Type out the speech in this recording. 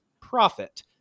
profit